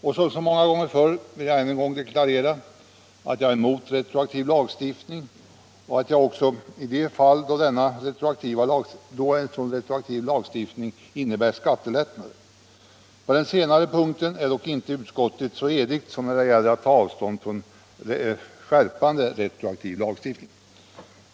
Jag vill då än en gång deklarera att jag är emot retroaktiv lagstiftning, även i de fall då denna retroaktiva lagstiftning innebär skattelättnader. På den senare punkten är dock inte utskottet så enigt som när det gäller att ta avstånd från skärpande retroaktiv lagstiftning.